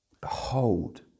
Behold